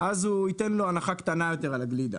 אז הוא ייתן לו הנחה קטנה יותר על הגלידה.